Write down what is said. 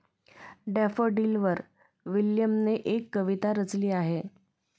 डॅफोडिलवर विल्यमने एक कविता रचली आहे